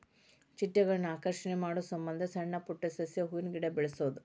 ಚಿಟ್ಟೆಗಳನ್ನ ಆಕರ್ಷಣೆ ಮಾಡುಸಮಂದ ಸಣ್ಣ ಪುಟ್ಟ ಸಸ್ಯ, ಹೂವಿನ ಗಿಡಾ ಬೆಳಸುದು